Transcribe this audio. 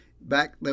back